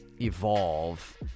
evolve